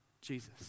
Jesus